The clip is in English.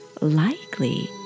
likely